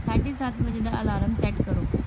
ਸਾਢੇ ਸੱਤ ਵਜੇ ਦਾ ਅਲਾਰਮ ਸੈੱਟ ਕਰੋ